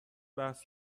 بحث